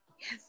Yes